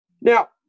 now